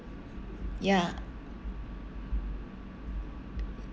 ya